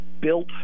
built